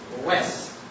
west